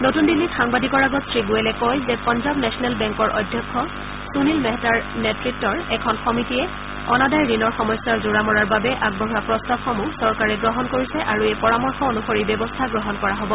নতুন দিল্লীত সাংবাদিকৰ আগত শ্ৰীগোৱেলে কয় যে পঞ্জাৱ নেচনেল বেংকৰ অধ্যক্ষ সুনিল মেহতাৰ নেততৰ এখন সমিতিয়ে অনাদায় ঋণৰ সমস্যাৰ জোৰা মৰাৰ বাবে আগবঢ়োৱা প্ৰস্তাৱসমূহ চৰকাৰে গ্ৰহণ কৰিছে আৰু এই পৰামৰ্শ অনুসৰি ব্যৱস্থা গ্ৰহণ কৰা হব